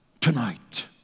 Tonight